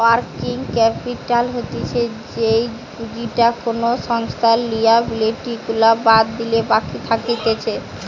working capital হতিছে যেই পুঁজিটা কোনো সংস্থার লিয়াবিলিটি গুলা বাদ দিলে বাকি থাকতিছে